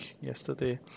yesterday